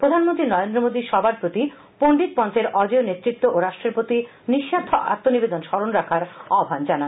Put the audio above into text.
প্রধানমন্ত্রী নরেন্দ্র মোদি সবার প্রতি পন্ডিত পন্হের অজেয় নেতৃত্ব ও রাষ্টের প্রতি নিঃস্বার্থ আত্মনিবেদন স্বরণ রাখার আহ্নান জানান